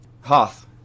Hoth